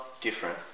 different